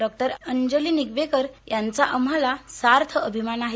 doctor Anjali Nigavekar यांचा आम्हाला सार्थ अभिमान आहे